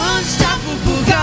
Unstoppable